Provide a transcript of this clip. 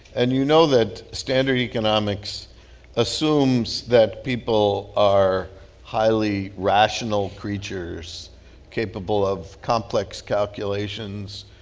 and you know that standard economics assumes that people are highly rational creatures capable of complex calculations,